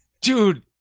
dude